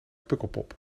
pukkelpop